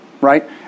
Right